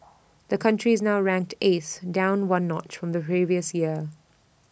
the country is now ranked eighth down one notch from the previous year